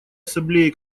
ассамблеей